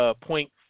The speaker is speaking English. point